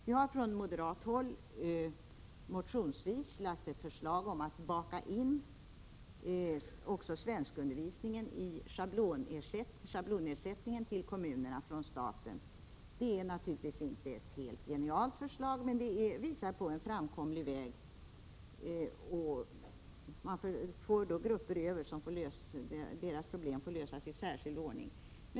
Vi har från moderat håll motionsvis lagt fram ett förslag om att baka in också svenskundervisningen i schablonersättningen från staten till kommunerna. Det är naturligtvis inte ett helt genialt förslag men det visar på en framkomlig väg. Det blir grupper över, vilkas problem får lösas i särskild ordning.